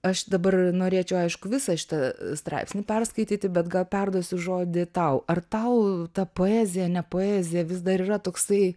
aš dabar norėčiau aišku visą šitą straipsnį perskaityti bet gal perduosiu žodį tau ar tau ta poezija ne poezija vis dar yra toksai